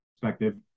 perspective